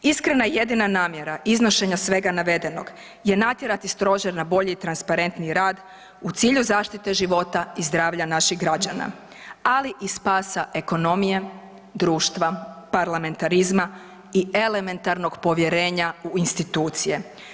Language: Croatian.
Iskrena i jedina namjera iznošenja svega navedenog je natjerati Stožer na bolji i transparentniji rad u cilju zaštite života i zdravlja naših građana, ali i spasa ekonomije, društva, parlamentarizma i elementarnog povjerenja u institucije.